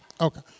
Okay